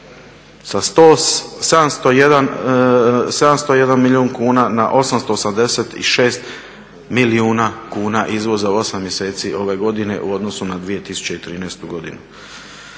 sa 701 milijun na 886 milijuna kuna izvoza u 8 mjeseci ove godine u odnosu na 2013.godinu.